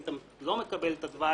אם אתה לא מקבל את הדבש,